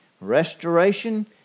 restoration